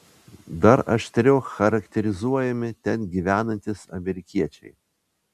dar aštriau charakterizuojami ten gyvenantys amerikiečiai